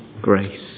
grace